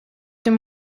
dem